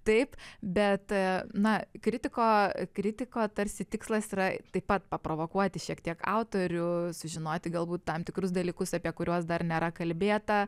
taip bet na kritiko kritiko tarsi tikslas yra taip pat paprovokuoti šiek tiek autorių sužinoti galbūt tam tikrus dalykus apie kuriuos dar nėra kalbėta